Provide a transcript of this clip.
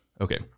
Okay